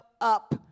up